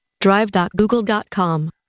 Drive.google.com